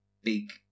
big